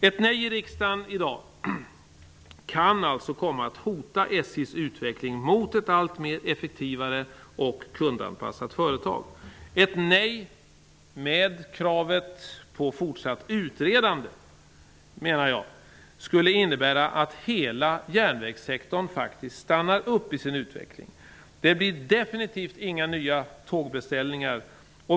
Ett avslag i riksdagen i dag kan komma att hota SJ:s utveckling mot ett alltmer effektivare och kundanpassat företag. Ett avslag, med krav om fortsatt utredande, skulle innebära att hela järnvägssektorn faktiskt stannar upp i dess utveckling. Det blir definitivt inga nya tågbeställningar.